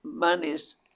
money's